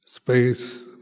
space